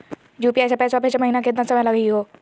UPI स पैसवा भेजै महिना केतना समय लगही हो?